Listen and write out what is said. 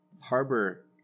harbor